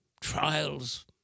trials